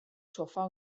sofa